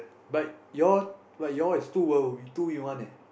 but you all but you all is two two in one eh